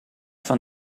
van